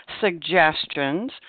suggestions